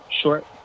short